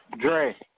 Dre